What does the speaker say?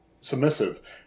submissive